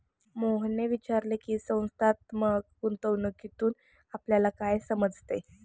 मोहनने विचारले की, संस्थात्मक गुंतवणूकीतून आपल्याला काय समजते?